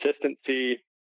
consistency